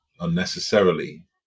unnecessarily